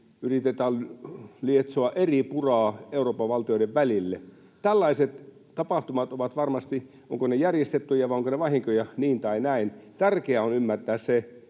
yritetään lietsoa eripuraa Euroopan valtioiden välille. Tällaiset tapahtumat ovat varmasti... Ovatko ne järjestettyjä vai ovatko ne vahinkoja, niin tai näin. Tärkeää on ymmärtää se,